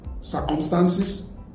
circumstances